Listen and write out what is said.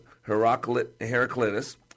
Heraclitus